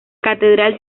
catedral